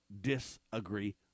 disagree